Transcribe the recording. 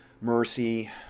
mercy